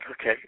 Okay